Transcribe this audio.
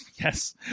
Yes